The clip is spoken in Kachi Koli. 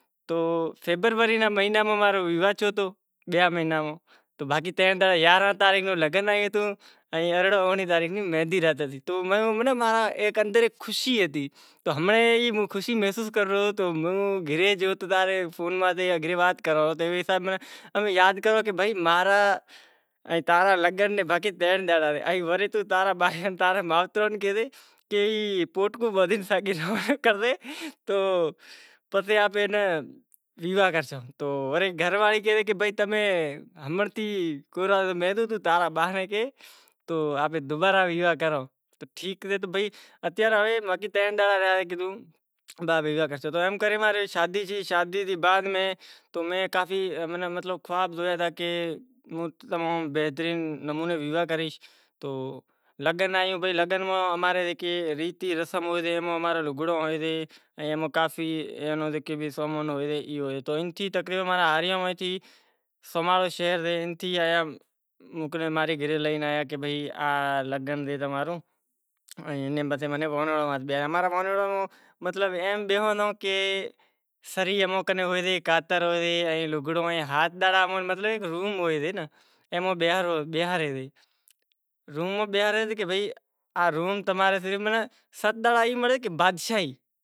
سوکری ناں ایم کیدہو کہ ای سوکری سوکرے ناں پسند کرے تی جاں ناں۔ مانڑاں کیدہو کہ سوکری کیوی سے تو موں کیدہو سوکری تو سوٹھی سے میں ناں مانڑاں کیدہو کہ شرام راکھو تو میں کیدہو شرم آپاں ناں سے ئی نہیں جکو کہیدو او ڈاریک کیدہو تو میں اوئے ناں ایم کیدہو کی سوکری منیں پسند کرے ری جاں نتھی کرے